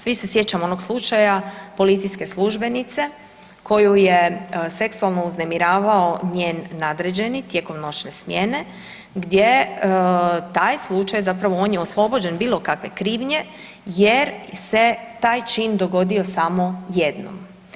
Svi se sjećamo onog slučaja policijske službenice koju je seksualno uznemiravao njen nadređeni tijekom noćne smjene gdje taj slučaj zapravo on je oslobođen bilo kakve krivnje jer se taj čin dogodio samo jednom.